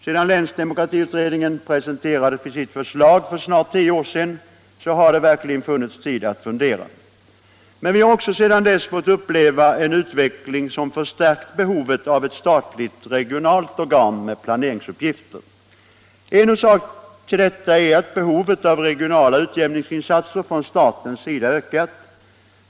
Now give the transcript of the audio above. Sedan länsdemokratiutredningen presenterade sitt förslag för snart tio år sedan har det verkligen funnits tid att fundera. Vi har också sedan dess fått uppleva en utveckling som förstärkt behovet av ett statligt regionalt organ med planeringsuppgifter. En orsak till detta är att behovet av regionala utjämningsinsatser från statens sida ökat.